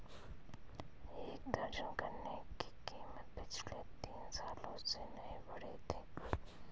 एक दर्जन गन्ने की कीमत पिछले तीन सालों से नही बढ़ी है